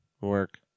work